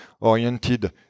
oriented